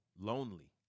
lonely